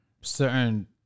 certain